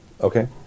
Okay